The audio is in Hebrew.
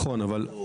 כמה?